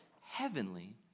heavenly